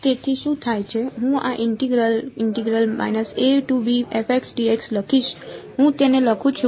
તેથી શું થાય છે હું આ ઇન્ટેગ્રલ લખીશ હું તેને લખું છું